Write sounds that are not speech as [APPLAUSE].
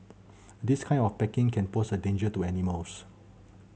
[NOISE] this kind of packaging can pose a danger to animals